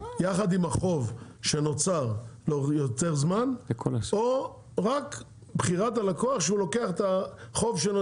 יחד עם החוב שנוצר ליותר זמן או רק בחירת הלקוח שהוא לוקח את החוב שלו.